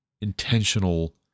intentional